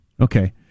Okay